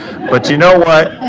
but you know what?